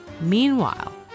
Meanwhile